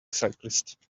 cyclist